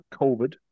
covid